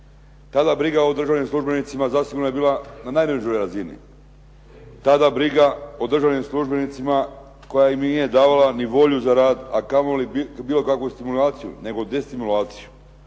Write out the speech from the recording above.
Tada briga o državnim službenicima zasigurno je bila na najnižoj razini, tada briga o državnim službenicima koja im nije davala ni volju za rad a kamoli bilo kakvu stimulaciju nego destimulaciju.